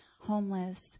Homeless